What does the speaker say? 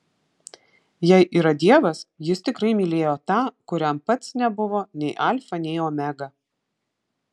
jei yra dievas jis tikrai mylėjo tą kuriam pats nebuvo nei alfa nei omega